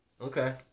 Okay